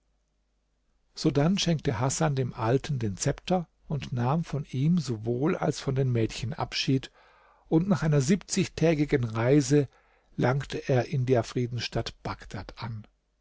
sodann schenkte hasan dem alten den zepter und nahm von ihm sowohl als von den mädchen abschied und nach einer siebzigtägigen reise langte er in der friedensstadt bagdad an